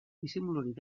disimulurik